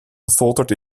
gefolterd